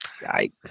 Yikes